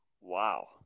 Wow